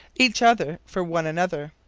each other for one another.